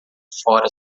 fora